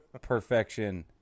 perfection